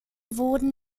wurden